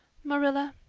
marilla,